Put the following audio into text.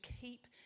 keep